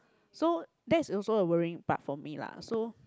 so that's also a worrying part for me lah so